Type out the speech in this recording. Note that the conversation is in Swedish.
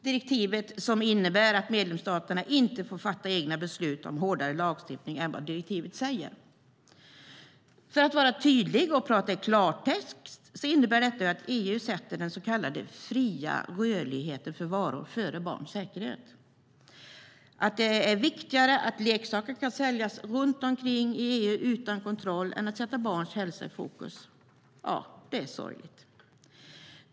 Direktivet innebär att medlemsstaterna inte får fatta beslut om hårdare lagstiftning än vad direktivet säger. För att vara tydlig och tala klartext innebär det att EU sätter den så kallade fria rörligheten för varor före barns säkerhet. Att det är viktigare att leksaker kan säljas runt om i EU utan kontroll än att sätta barnens hälsa i fokus är sorgligt.